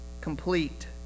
complete